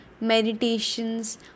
meditations